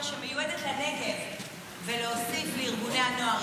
שמיועדת לנגב ולהוסיף לארגוני הנוער.